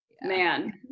Man